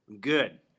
good